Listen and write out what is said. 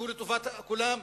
שהוא לטובת כולם.